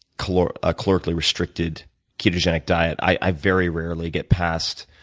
calorically ah calorically restricted ketogenic diet, i very rarely get past